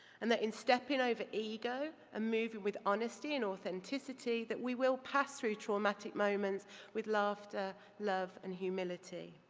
and that in stepping over ego and ah moving with honesty and authenticity, that we will pass through traumatic moments with laughter, love, and humility.